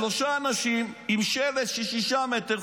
שלושה אנשים עם שלט של 6 מטרים,